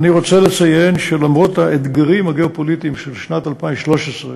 אני רוצה לציין שלמרות האתגרים הגיאו-פוליטיים של שנת 2013,